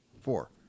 four